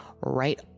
right